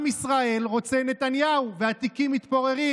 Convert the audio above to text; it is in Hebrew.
עם ישראל רוצה את נתניהו והתיקים מתפוררים,